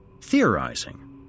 theorizing